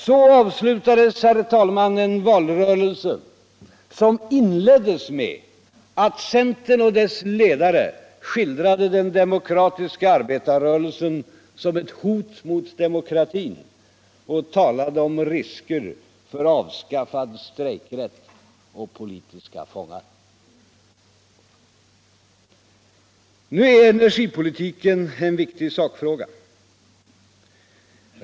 Så avslutades, herr talman, en valrörelse som inleddes med att centern och dess ledare skildrade den demokratiska arbetarrörelsen sont ett hot mot demokratin och talade om risker för avskaffad strejkrätt och politiska fångar. Nu är energipolitiken en viktig sakfråga.